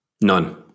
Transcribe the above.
None